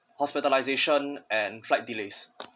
hospitalisation and flight delays